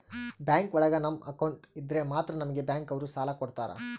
bank ಒಳಗ ನಮ್ account ಇದ್ರೆ ಮಾತ್ರ ನಮ್ಗೆ ಬ್ಯಾಂಕ್ ಅವ್ರು ಸಾಲ ಕೊಡ್ತಾರ